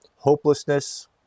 Hopelessness